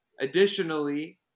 Additionally